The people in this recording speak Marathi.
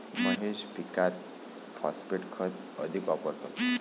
महेश पीकात फॉस्फेट खत अधिक वापरतो